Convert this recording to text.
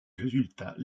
résultats